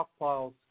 stockpiles